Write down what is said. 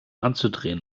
anzudrehen